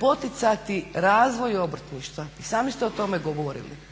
poticati razvoj obrtništva. I sami ste o tome govorili.